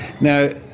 Now